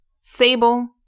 Sable